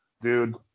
dude